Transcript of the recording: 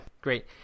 great